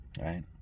right